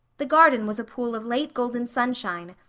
the garden was a pool of late golden sunshine,